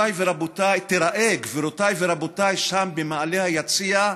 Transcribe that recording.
תיראה, גבירותיי ורבותיי שם במעלה היציע,